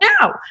no